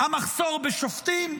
המחסור בשופטים,